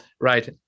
Right